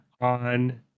on